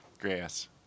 Grass